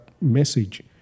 message